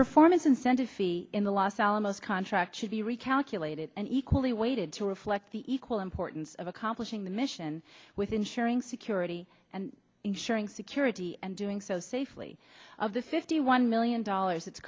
performance incentives in the los alamos contract should be recalculated and equally weighted to reflect the equal importance of accomplishing the mission with ensuring security and ensuring security and doing so safely of the sixty one million dollars